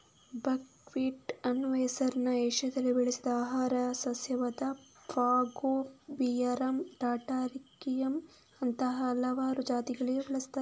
buckwheat ಅನ್ನುವ ಹೆಸರನ್ನ ಏಷ್ಯಾದಲ್ಲಿ ಬೆಳೆಸಿದ ಆಹಾರ ಸಸ್ಯವಾದ ಫಾಗೋಪಿರಮ್ ಟಾಟಾರಿಕಮ್ ಅಂತಹ ಹಲವಾರು ಜಾತಿಗಳಿಗೆ ಬಳಸ್ತಾರೆ